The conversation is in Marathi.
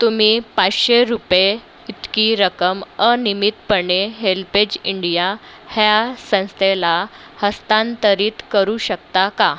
तुम्ही पाचशे रुपये इतकी रक्कम अनियमितपणे हेल्पेज इंडिया ह्या संस्थेला हस्तांतरित करू शकता का